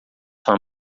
sua